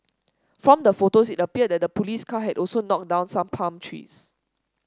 from the photos it appeared that the police car had also knocked down some palm trees